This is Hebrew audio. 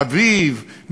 חביב,